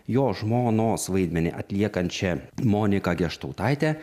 jo žmonos vaidmenį atliekančia monika geštautaite